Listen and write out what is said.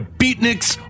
beatniks